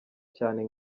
cyane